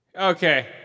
Okay